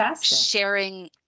sharing